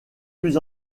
plus